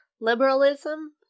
Liberalism